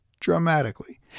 dramatically